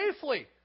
safely